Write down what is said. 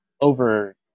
over